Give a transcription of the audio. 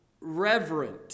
reverent